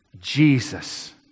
Jesus